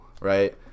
right